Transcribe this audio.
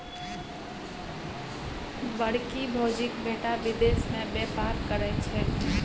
बड़की भौजीक बेटा विदेश मे बेपार करय छै